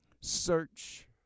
Search